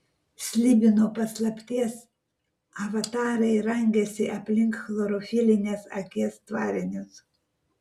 slibino paslapties avatarai rangėsi aplink chlorofilinės akies tvarinius